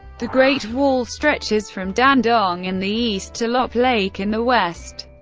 the great wall stretches from dandong in the east to lop lake in the west,